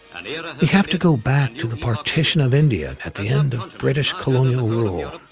and and we have to go back to the partition of india at the end of british colonial rule.